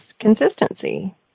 consistency